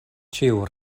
ĉiu